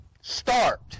Start